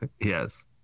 Yes